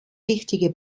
wichtige